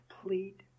complete